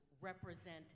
represent